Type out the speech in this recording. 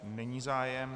Není zájem.